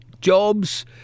jobs